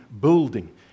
building